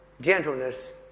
gentleness